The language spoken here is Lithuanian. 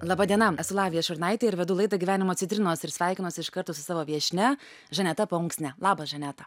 laba diena esu lavija šurnaitė ir vedu laidą gyvenimo citrinos ir sveikinuosi iš karto su savo viešnia žaneta paunksne labas žaneta